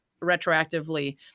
retroactively